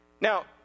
Now